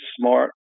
smart